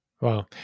Wow